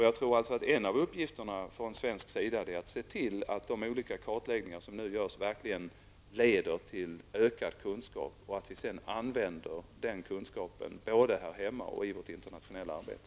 Jag tror att en av uppgifterna från svensk sida är att se till att de olika kartläggningar som nu görs verkligen leder till ökad kunskap och till att vi sedan använder den kunskapen både här hemma och i vårt internationella arbete.